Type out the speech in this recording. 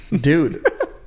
Dude